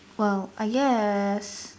well I guess